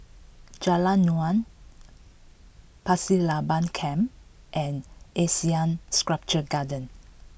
Jalan Naung Pasir Laba Camp and Asean Sculpture Garden